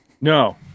no